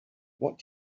what